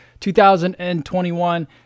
2021